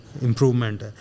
improvement